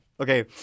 Okay